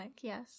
yes